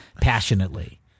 passionately